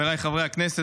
חבריי חברי הכנסת,